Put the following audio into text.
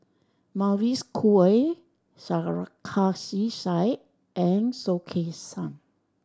Mavis Khoo Oei Sarkasi Said and Soh Kay Siang